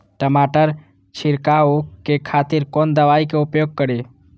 टमाटर छीरकाउ के खातिर कोन दवाई के उपयोग करी?